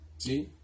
See